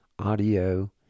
audio